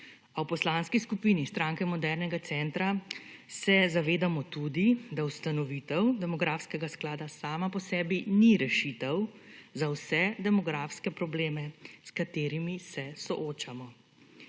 A v Poslanski skupini SMC se zavedamo tudi, da ustanovitev demografskega sklada sama po sebi ni rešitev za vse demografske probleme s katerimi se soočamo.